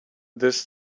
this